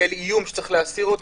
כאל איום שצריך להסיר אותו,